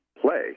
play